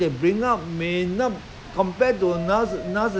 nowadays why you start give them the comfort life better life